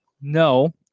No